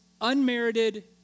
unmerited